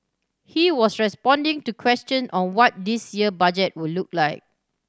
he was responding to question on what this year Budget would look like